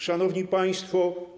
Szanowni Państwo!